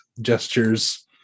gestures